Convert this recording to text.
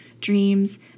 dreams